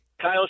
Kyle